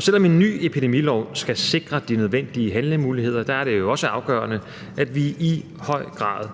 Selv om en ny epidemilov skal sikre de nødvendige handlemuligheder, er det jo også afgørende, at vi i høj grad